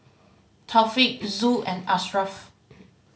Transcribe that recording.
Taufik Zul and Ashraf